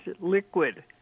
liquid